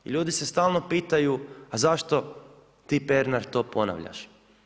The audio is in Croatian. I ljudi se stalno pitaju, a zašto ti Pernar to ponavljaš?